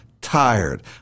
tired